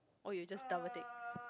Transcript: or you just double tick